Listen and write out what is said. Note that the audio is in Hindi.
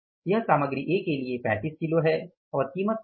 यह सामग्री ए के लिए 35 किलो है और कीमत क्या है